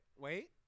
Wait